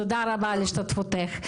תודה רבה על השתתפותך.